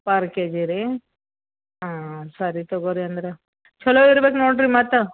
per KG ರೀ ಹಾಂ ಸರಿ ತಗೊಳಿ ಅಂದ್ರೆ ಛಲೋ ಇರ್ಬೇಕು ನೋಡಿರಿ ಮತ್ತೆ